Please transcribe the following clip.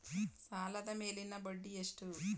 ಸಾಲದ ಮೇಲಿನ ಬಡ್ಡಿ ಎಷ್ಟು?